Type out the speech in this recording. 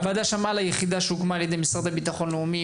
הוועדה שמעה על היחידה שהוקמה על-ידי המשרד לביטחון לאומי,